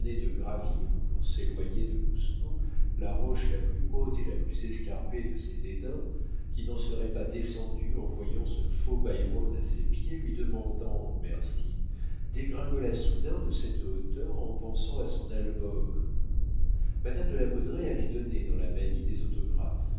de gravir pour s'éloigner de lousteau la roche la plus haute et la plus escarpée de ses dédains qui n'en serait pas descendue en voyant ce faux byron à ses pieds lui demandant merci dégringola soudain de cette hauteur en pensant à son album madame de la baudraye avait donné dans la manie des autographes